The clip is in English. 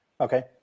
okay